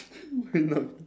wait no